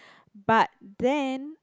but then